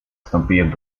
wstąpiłem